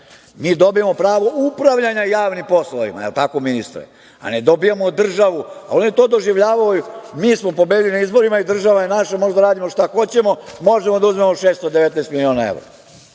Mi dobijamo pravo upravljanja javnim poslovima, je li tako, ministre, a ne dobijamo državu. Oni to doživljavaju – mi smo pobedili na izborima, država je naša, možemo da radimo šta hoćemo, možemo da uzmemo 619.000.000